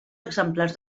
exemplars